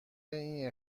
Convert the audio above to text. این